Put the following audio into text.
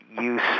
use